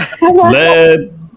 Lead